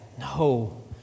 No